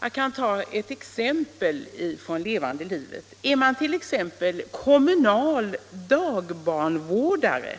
Jag kan ta ett exempel från levande livet. Är man t.ex. kommunaldagvårdare,